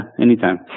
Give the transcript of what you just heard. anytime